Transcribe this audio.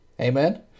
Amen